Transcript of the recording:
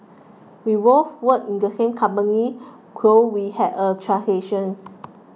we both work in the same company so we had a transaction